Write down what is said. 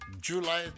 July